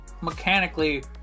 mechanically